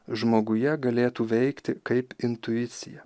žmoguje galėtų veikti kaip intuicija